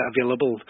available